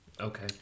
Okay